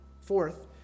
fourth